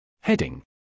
Heading